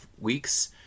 weeks